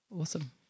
awesome